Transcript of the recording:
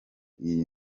iyo